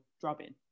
drubbing